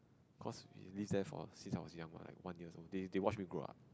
cause we live there for since I was young mah like one years old they they watched me grow up